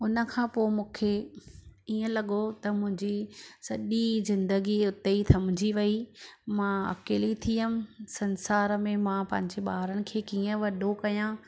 हुन खां पोइ मूंखे ईअं लॻो त मुंहिंजी सॼी ज़िंदगीअ हुते ई थमजी वई मां अकेली थी वियमि संसार में मां पंहिंजे ॿारनि खे कीअं वॾो कयां